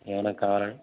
ఏమన్న కావాల